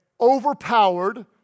overpowered